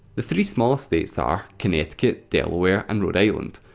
the three smallest states are connecticut, delaware, and rhode island.